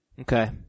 Okay